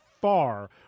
far